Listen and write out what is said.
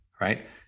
right